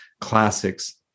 classics